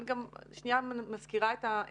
אבל אני מזכירה את המציאות,